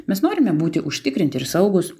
mes norime būti užtikrinti ir saugūs